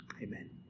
Amen